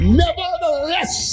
nevertheless